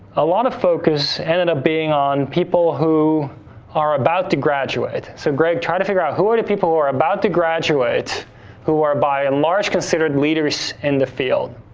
a lot of focus ended up being on people who are about to graduate. so, greg tried to figure out who are the people who are about to graduate who are by in large considered leaders in the field,